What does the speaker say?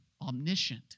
omniscient